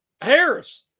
Harris